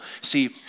See